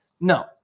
No